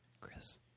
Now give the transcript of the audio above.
Chris